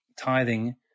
tithing